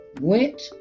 went